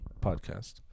podcast